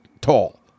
tall